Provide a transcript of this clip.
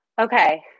Okay